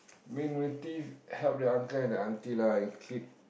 main motive help the uncle and the auntie lah and keep